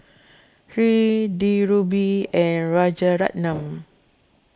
Hri Dhirubhai and Rajaratnam